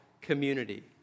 community